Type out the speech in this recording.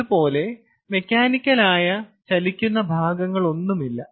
അതുപോലെ മെക്കാനിക്കലായ ചലിക്കുന്ന ഭാഗങ്ങളൊന്നുമില്ല